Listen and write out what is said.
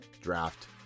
draft